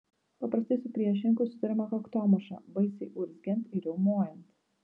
paprastai su priešininku susiduriama kaktomuša baisiai urzgiant ir riaumojant